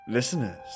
Listeners